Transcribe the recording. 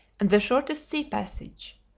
and the shortest sea passage.